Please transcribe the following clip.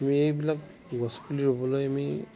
আমি এইবিলাক গছ পুলি ৰুবলৈ আমি